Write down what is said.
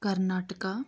Karnataka